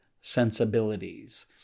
sensibilities